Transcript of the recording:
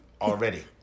already